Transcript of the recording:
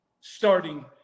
starting